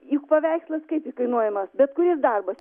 juk paveikslas kaip įkainuojamas bet kuris darbas